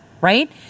right